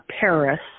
Paris